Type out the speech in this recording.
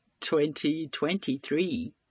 2023